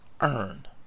earn